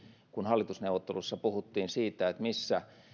kun hallitusneuvotteluissa puhuttiin siitä missä